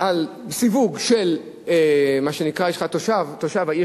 על סיווג של תושב העיר,